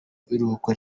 iruhuko